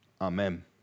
amen